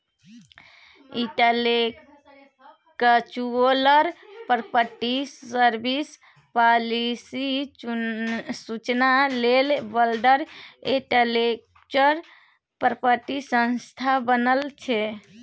intellectual property service, policy सुचना लेल world intellectual property संस्था बनल छै